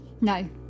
No